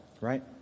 right